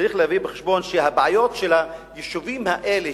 צריך להביא בחשבון שהבעיות של היישובים האלה,